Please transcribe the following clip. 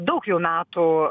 daug jau metų